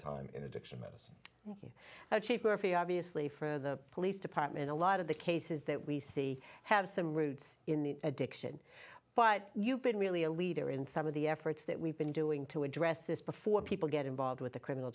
time in addiction medicine cheaper fee obviously for the police department a lot of the cases that we see have some roots in the addiction but you've been really a leader in some of the efforts that we've been doing to address this before people get involved with the criminal